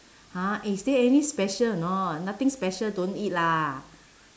!huh! eh is there any special or not nothing special don't eat lah